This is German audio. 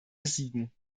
besiegen